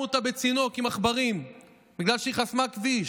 בצינוק עם עכברים בגלל שהיא חסמה כביש,